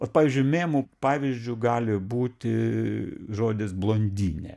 vat pavyzdžiui memų pavyzdžiu gali būti žodis blondinė